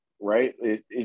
right